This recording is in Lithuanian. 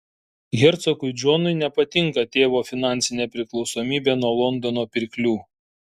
hercogui džonui nepatinka tėvo finansinė priklausomybė nuo londono pirklių